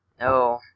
No